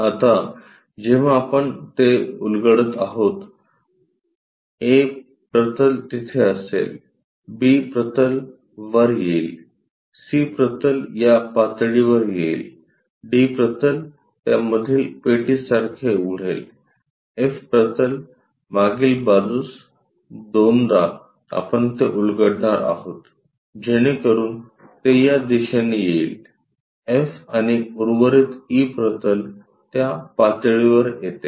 आता जेव्हा आपण ते उलगडत आहोत ऐ प्रतल तिथे असेल बी प्रतल वर येईल सी प्रतल या पातळीवर येईल डी प्रतल त्या मधील पेटीसारखे उघडेल एफ प्रतल मागील बाजूस दोनदा आपण ते उलगडणार आहोत जेणेकरुन ते या दिशेने येईल एफ आणि उर्वरित ई प्रतल त्या पातळीवर येते